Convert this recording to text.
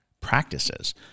practices